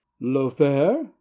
Lothair